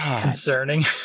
concerning